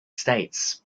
states